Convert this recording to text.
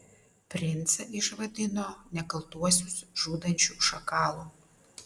princą išvadino nekaltuosius žudančiu šakalu